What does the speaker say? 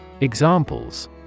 Examples